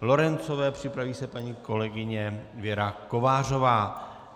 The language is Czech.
Lorencové, připraví se paní kolegyně Věra Kovářová.